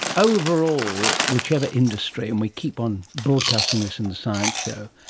overall, whichever industry, and we keep on broadcasting this in the science show,